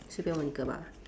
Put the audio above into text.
随便问一个吧